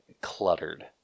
cluttered